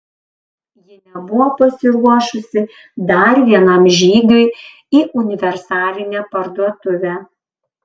ji nebuvo pasiruošusi dar vienam žygiui į universalinę parduotuvę